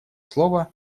слово